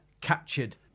captured